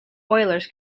oilers